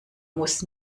muss